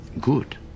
good